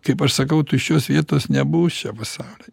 kaip aš sakau tuščios vietos nebus čia pasauly